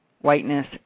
whiteness